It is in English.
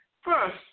First